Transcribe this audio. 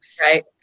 Right